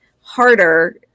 harder